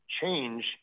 change